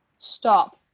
stop